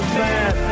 bad